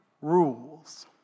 rules